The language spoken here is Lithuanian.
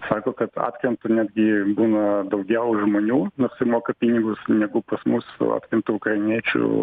sako kad atkrenta netgi būna daugiau žmonių nors ir moka pinigus negu pas mus atkrenta ukrainiečių